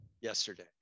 yesterday